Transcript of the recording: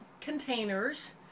containers